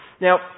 Now